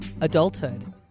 adulthood